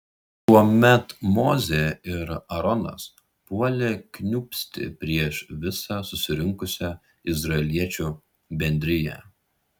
tuomet mozė ir aaronas puolė kniūbsti prieš visą susirinkusią izraeliečių bendriją